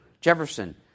Jefferson